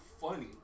funny